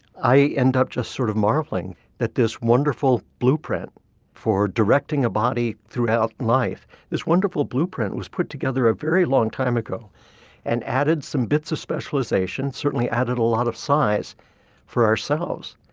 i end up just sort of marvelling that this wonderful blueprint for directing a body throughout life, this wonderful blueprint was put together together a very long time ago and added some bits of specialisation, certainly added a lot of size for ourselves,